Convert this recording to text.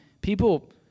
people